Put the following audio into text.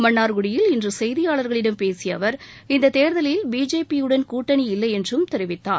மன்னார்குடியில் இன்று செய்தியாளர்களிடம் பேசிய அவர் இந்தத் தேர்தலில் பிஜேபியுடன் கூட்டணி இல்லை என்றும் தெரிவித்தார்